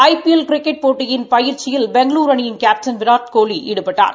ஐ P L cricket போட்டியின் பயிற்சியில் பெங்களூர் அணியின் கேப்டன் விராட்கோலி ஈடுபட்டார்